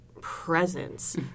presence